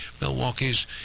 Milwaukee's